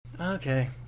Okay